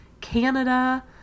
Canada